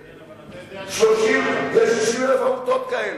כן, אבל אתה יודע, יש 60,000 עמותות כאלה.